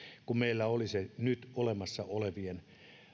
kun meillä olisi se nyt olemassa olevien